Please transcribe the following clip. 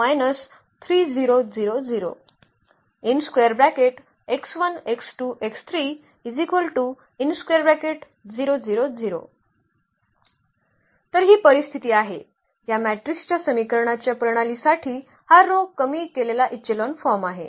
तर ही परिस्थिती आहे या मॅट्रिक्सच्या समीकरणाच्या प्रणालीसाठी हा row कमी केलेला इचेलॉन फॉर्म आहे